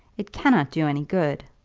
it cannot do any good.